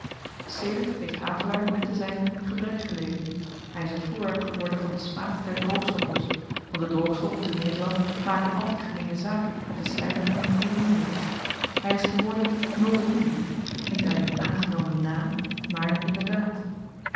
sedert heeft havelaar met de zijnen gebrek geleden hij is het voorwerp geworden van den smaad der droogstoppels want de droogstoppels in nederland maken altijd gemeene zaak met de slijmeringen in indie hij is geworden multatuli niet alleen in aangenomen naam maar inderdaad